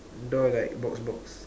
door like box box